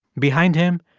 behind him,